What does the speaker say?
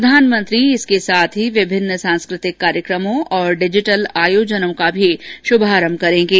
प्रधानमंत्री इसके साथ ही विभिन्न सांस्कृतिक कार्यक्रमों तथा डिजीटल आयोजनों का भी शुभारंभ करेंगे